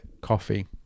coffee